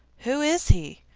who is he?